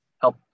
help